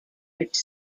which